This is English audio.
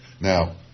now